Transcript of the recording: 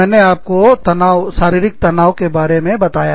मैंने आपको तनाव शारीरिक तनाव के बारे में बताया